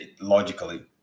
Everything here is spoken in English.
logically